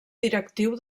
directiu